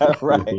Right